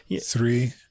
three